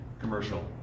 commercial